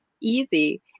easy